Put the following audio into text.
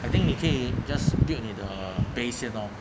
I think 你可以 just build 你的 base here now